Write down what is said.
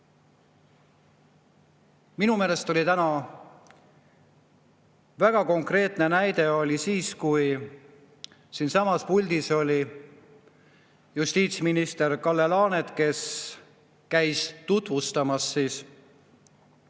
Minu meelest oli täna väga konkreetne näide, kui siinsamas puldis oli justiitsminister Kalle Laanet, kes käis tutvustamas nõndanimetatud